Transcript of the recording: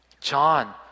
John